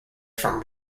from